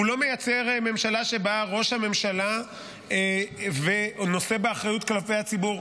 הוא לא מייצר ממשלה שבה ראש הממשלה נושא באחריות כלפי הציבור,